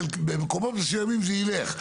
במקומות מסוימים זה יילך,